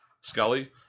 Scully